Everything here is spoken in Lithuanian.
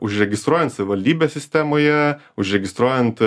užregistruojant savivaldybės sistemoje užregistruojant